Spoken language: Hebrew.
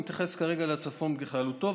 אני מתייחס כרגע לצפון בכללותו,